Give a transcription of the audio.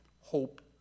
hope